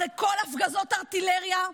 אחרי כל הפגזות הארטילריה,